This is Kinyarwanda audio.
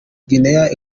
guinea